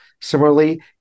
Similarly